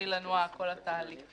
יתחיל לנוע כל התהליך.